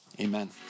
amen